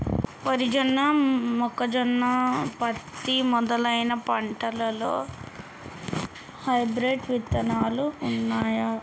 వరి జొన్న మొక్కజొన్న పత్తి మొదలైన పంటలలో హైబ్రిడ్ రకాలు ఉన్నయా?